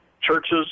churches